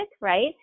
Right